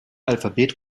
alphabet